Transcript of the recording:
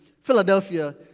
Philadelphia